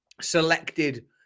selected